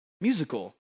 musical